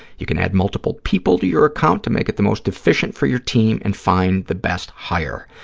you can add multiple people to your account to make it the most efficient for your team and find the best hire.